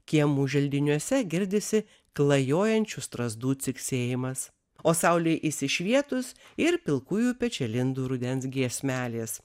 kiemų želdiniuose girdisi klajojančių strazdų ciksėjimas o saulei įsišvietus ir pilkųjų pečialindų rudens giesmelės